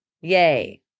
Yay